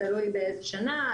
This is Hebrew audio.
תלוי באיזו שנה,